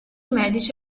medici